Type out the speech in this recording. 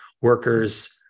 workers